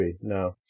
No